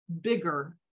bigger